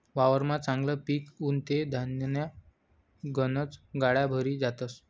वावरमा चांगलं पिक उनं ते धान्यन्या गनज गाड्या भरी जातस